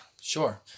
Sure